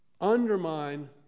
undermine